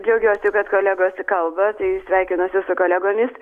džiaugiuosi kad kolegos kalba tai sveikinuosi su kolegomis